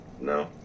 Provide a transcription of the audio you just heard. No